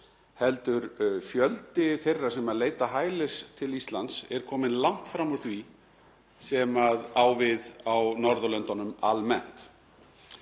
heldur fjöldi þeirra sem leita hælis á Íslandi er kominn langt fram úr því sem á við á Norðurlöndunum almennt.